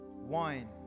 Wine